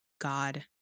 God